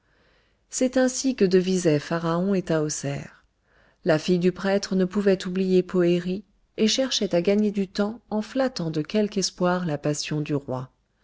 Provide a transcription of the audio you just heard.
c'est ainsi que devisaient pharaon et tahoser la fille du prêtre ne pouvait oublier poëri et cherchait à gagner du temps en flattant de quelque espoir la passion du roi